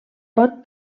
pot